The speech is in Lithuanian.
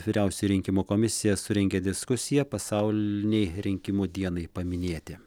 vyriausioji rinkimų komisija surengė diskusiją pasaulinei rinkimų dienai paminėti